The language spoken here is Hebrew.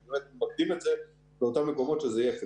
אנחנו באמת ממקדים את זה באותם מקומות שזה יהיה אפקטיבי.